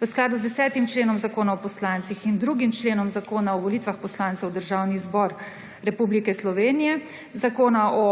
V skladu z 10. členom Zakona o poslancih in 2. členom Zakona o volitvah poslancev v državni zbor, Zakona o